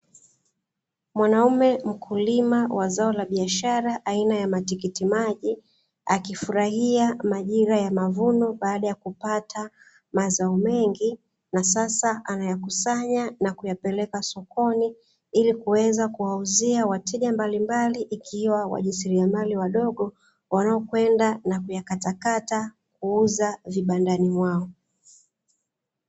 Mwanaume mkulima wa zao la biashara aina ya matikiti maji, akifurahia majira ya mavuno baada ya kupata mazao mengi, na sasa anayakusanya na kuyapeleka sokoni ili kuweza kuwauzia wateja mbalimbali; ikiwa wajisiriamali wadogo wanaokwenda na kuyakatakata, kuuza vibandani mwao.